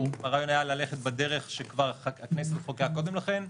הרעיון היה ללכת בדרך שהכנסת חוקקה כבר קודם לכן.